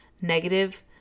negative